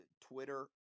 Twitter